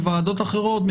בוועדות אחרות,